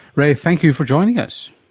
ray, thank you for joining us.